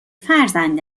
فرزند